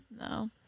No